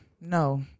No